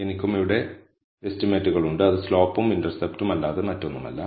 എനിക്കും ഇവിടെ എസ്റ്റിമേറ്റുകൾ ഉണ്ട് അത് സ്ലോപ്പും ഇന്റര്സെപ്റ്റും അല്ലാതെ മറ്റൊന്നുമല്ല